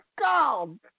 God